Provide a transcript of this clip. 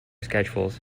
schedules